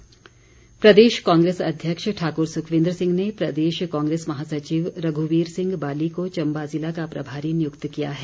सुक्ख प्रदेश कांग्रेस अध्यक्ष ठाकुर सुखविंदर सिंह ने प्रदेश कांग्रेस महासचिव रघुवीर सिंह बाली को चम्बा ज़िला का प्रभारी नियुक्त किया है